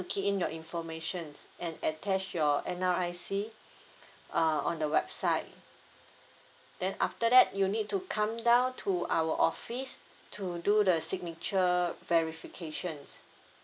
key in your information and attach your N_R_I_C uh on the website then after that you need to come down to our office to do the signature verification